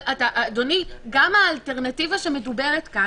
גם האלטרנטיבה שמדוברת פה,